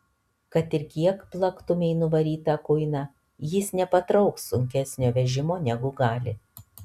kad ir kiek plaktumei nuvarytą kuiną jis nepatrauks sunkesnio vežimo negu gali